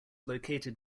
located